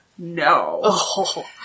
No